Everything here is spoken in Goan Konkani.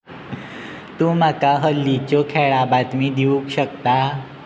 तूं म्हाका हल्लीच्यो खेळा बातमी दिवंक शकता